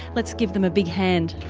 let's give them a big hand.